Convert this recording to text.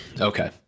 Okay